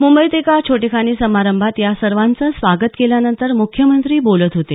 मुंबईत एका छोटेखानी समारंभात या सर्वांचं स्वागत केल्यानंतर मुख्यमंत्री बोलत होते